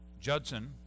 Judson